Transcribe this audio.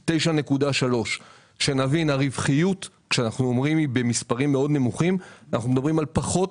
9.3%. שנבין הרווחיות היא במספרים מאוד נמוכים באחוזים זה פחות